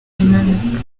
imanuka